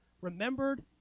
remembered